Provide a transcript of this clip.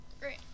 Great